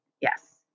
yes